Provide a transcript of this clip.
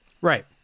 Right